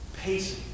Pacing